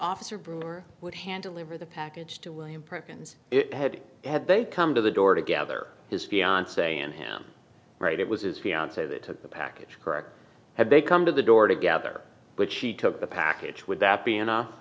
officer brewer would handle lever the package to william perkins had had they come to the door to gather his fiance and him right it was his fiance that took the package correct had they come to the door together but she took the package would that be enough